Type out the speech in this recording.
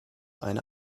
eine